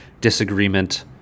disagreement